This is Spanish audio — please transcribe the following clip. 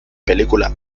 película